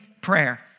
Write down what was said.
prayer